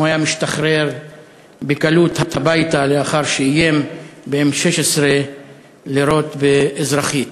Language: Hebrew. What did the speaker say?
אם הוא היה משתחרר בקלות הביתה לאחר שאיים ב-M16 לירות באזרחית.